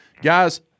guys